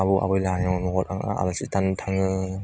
आबौ आबै आयंनि न'वाव थाङो आलासि थानो थाङो